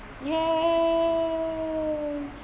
yes